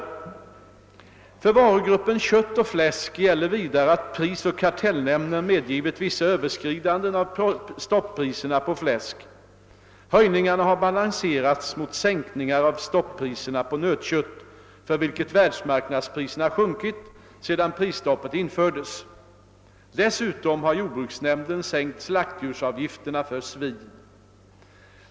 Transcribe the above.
För varugruppen kött och fläsk gäller vidare att prisoch kartellnämnden medgivit vissa överskridanden av stopppriserna på fläsk. Höjningarna har balanserats mot sänkningar av stoppriserna på nötkött, för vilket världsmarknadspriserna sjunkit sedan prisstoppet infördes. Dessutom har jordbruksnämnden sänkt slaktdjursavgifterna för svin.